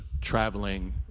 traveling